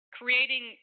creating